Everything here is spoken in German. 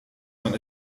man